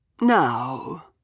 Now